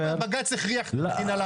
בג"ץ הכריח את המדינה.